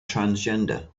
transgender